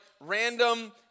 random